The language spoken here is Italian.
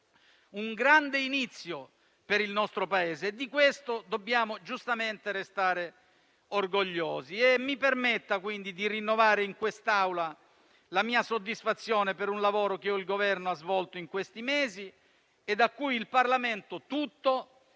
un grande inizio per il nostro Paese e di questo dobbiamo giustamente restare orgogliosi. Mi permetta quindi di rinnovare in quest'Aula la mia soddisfazione per il lavoro che il Governo ha svolto in questi mesi e al quale il Parlamento tutto